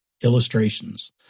illustrations